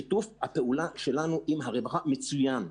שיתוף הפעולה שלנו עם הרווחה מצוין.